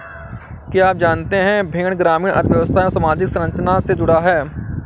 क्या आप जानते है भेड़ ग्रामीण अर्थव्यस्था एवं सामाजिक संरचना से जुड़ा है?